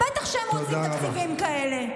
בטח שהם רוצים תקציבים כאלה.